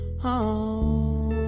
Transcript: home